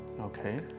Okay